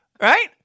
Right